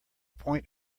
point